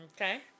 Okay